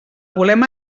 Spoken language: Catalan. volem